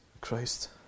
Christ